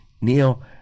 Neil